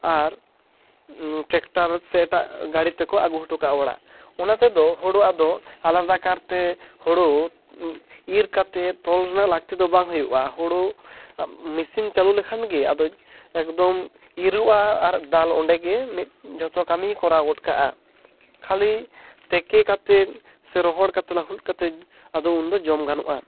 ᱟᱨ tractor ᱥᱮ ᱮᱴᱟᱜ ᱜᱟᱹᱲᱤ ᱛᱮᱠᱚ ᱟᱹᱜᱩ ᱦᱚᱴᱚ ᱠᱟᱜᱼᱟ ᱚᱲᱟᱜ ᱚᱱᱟ ᱛᱮᱫᱚ ᱦᱳᱲᱳ ᱟᱫᱚ ᱟᱞᱟᱫᱟ ᱠᱟᱨᱛᱮ ᱦᱳᱲᱳ ᱤᱨ ᱠᱟᱛᱮᱫ ᱛᱚᱞ ᱨᱮᱱᱟᱜ ᱞᱟᱹᱠᱛᱤ ᱫᱚ ᱵᱟᱝ ᱦᱩᱭᱩᱜᱼᱟ ᱦᱳᱲᱳ ᱢᱤᱥᱤᱱ ᱪᱟᱹᱞᱩ ᱞᱠᱷᱟᱱ ᱜᱮ ᱟᱫᱚ ᱮᱠᱫᱚᱢ ᱤᱨᱚᱜᱼᱟ ᱟᱨ ᱫᱟᱞ ᱚᱸᱰᱮ ᱜᱮ ᱢᱤᱫ ᱡᱚᱛᱚ ᱠᱟᱹᱢᱤᱭ ᱠᱚᱨᱟᱣ ᱜᱚᱫ ᱠᱟᱜᱼᱟ ᱠᱷᱟᱹᱞᱤ ᱛᱮᱠᱮ ᱠᱟᱛᱮᱫ ᱥᱮ ᱨᱚᱦᱚᱲ ᱠᱟᱛᱮᱫ ᱞᱟᱹᱦᱩᱫ ᱠᱟᱛᱮᱫ ᱟᱫᱚ ᱩᱱᱫᱚ ᱡᱚᱢ ᱜᱟᱱᱚᱜᱼᱟ